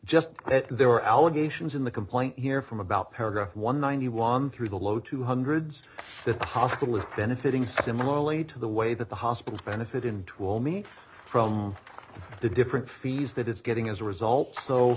just that there were allegations in the complaint here from about paragraph one ninety one through the low to hundreds that the hospital is benefiting similarly to the way that the hospitals benefit into all me from the different fees that it's getting as a result so